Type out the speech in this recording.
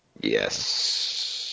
Yes